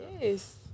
Yes